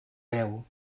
veu